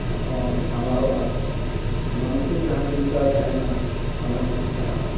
ᱦᱚᱸ ᱥᱟᱶᱟᱨᱚᱜᱼᱟ ᱢᱟᱱᱚᱥᱤᱠ ᱡᱟᱦᱟᱸ ᱪᱤᱱᱛᱟᱹ ᱛᱟᱦᱮᱱᱟ ᱚᱱᱟ ᱦᱚᱸ ᱥᱟᱦᱟᱜᱼᱟ